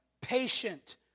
patient